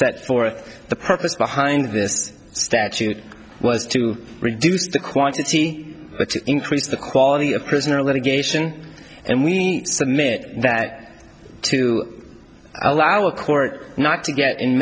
set forth the purpose behind this statute was to reduce the quantity which increased the quality of prisoner litigation and we met that to allow a court not to get in